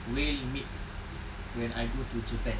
whale meat when I go to japan